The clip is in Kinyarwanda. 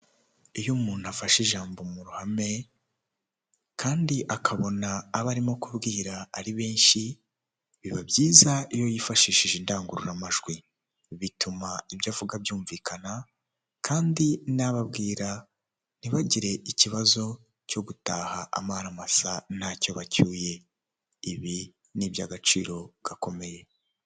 Iyo umuntu afashe ijambo mu ruhame kandi akabona abo arimo kubwira ari benshi, biba byiza iyo yifashishije indangururamajwi. Bituma ibyo avuga byumvikana kandi nabo abwira ntibagire ikibazo cyo gutaha amara masa ntacyo bacyuye, ibi ni iby'agaciro gakomeye.